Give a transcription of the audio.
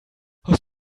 hast